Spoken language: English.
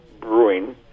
brewing